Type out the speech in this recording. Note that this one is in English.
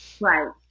Right